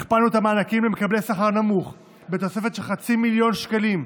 הכפלנו את המענקים למקבלי שכר נמוך בתוספת של חצי מיליון שקלים.